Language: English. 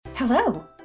Hello